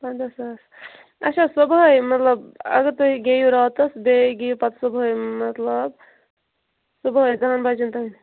پَنٛداہ ساس اچھا صُبحٲے مطلب اَگر تُہۍ گٮ۪یُو راتَس بیٚیہِ گٮ۪یُو پتہٕ صُبحٲے مطلب صُبحٲے دَہَن بَجَن تانۍ